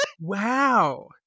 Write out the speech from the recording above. Wow